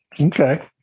Okay